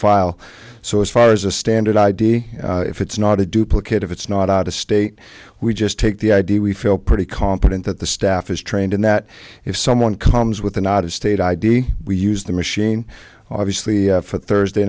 file so as far as a standard id if it's not a duplicate of it's not out of state we just take the idea we feel pretty confident that the staff is trained and that if someone comes with a nod of state id we use the machine obviously for thursday